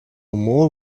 more